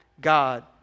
God